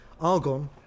Argon